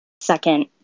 second